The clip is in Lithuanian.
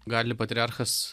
gali patriarchas